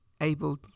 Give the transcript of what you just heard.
able